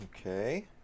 Okay